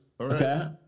Okay